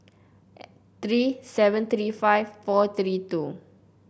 three seven three five four three two